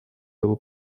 его